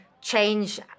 change